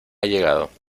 llegado